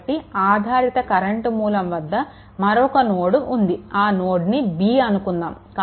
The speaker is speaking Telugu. కాబట్టి ఆధారితకరెంట్ మూలం వద్ద మరొక నోడ్ ఉంది ఆ నోడ్ని B అనుకున్నాము